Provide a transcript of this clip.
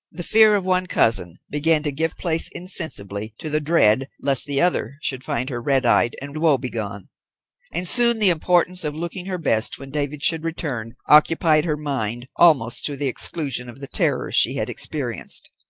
the fear of one cousin began to give place insensibly to the dread lest the other should find her red-eyed and woe-begone and soon the importance of looking her best when david should return occupied her mind almost to the exclusion of the terrors she had experienced.